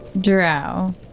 Drow